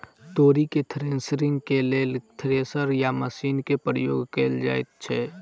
तोरी केँ थ्रेसरिंग केँ लेल केँ थ्रेसर या मशीन केँ प्रयोग कैल जाएँ छैय?